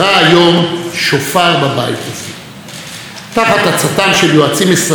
תחת עצתם של יועצים אסטרטגיים ושל קמפיינרים ממולחים ביותר,